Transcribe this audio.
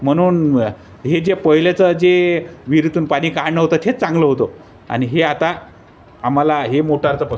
म्हणून हे जे पहिलेचं जे विरीतून पाणी काढणं होतं हे चांगलं होतं आणि हे आता आम्हाला हे मोटारचं पस